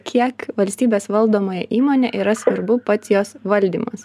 kiek valstybės valdomoje įmonėj yra svarbu pats jos valdymas